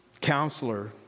Counselor